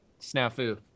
snafu